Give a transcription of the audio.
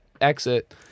exit